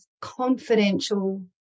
confidential